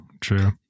True